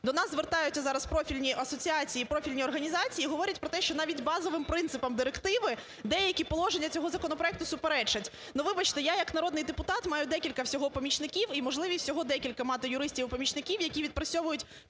до нам звертаються зараз профільні асоціації і профільні організації і говорять про те, що навіть базовим принципам директиви деякі положення цього законопроекту суперечать. Ну, вибачте, я як народний депутат маю декілька всього помічників і можливість всього декілька мати юристів і помічників, які відпрацьовують